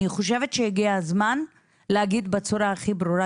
אני חושבת שהגיע הזמן להגיד בצורה הכי ברורה,